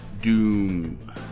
Doom